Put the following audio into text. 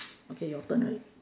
okay your turn alrea~